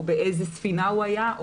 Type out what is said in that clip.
או באיזו ספינה הוא היה,